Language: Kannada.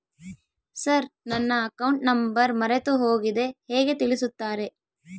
ಸರ್ ನನ್ನ ಅಕೌಂಟ್ ನಂಬರ್ ಮರೆತುಹೋಗಿದೆ ಹೇಗೆ ತಿಳಿಸುತ್ತಾರೆ?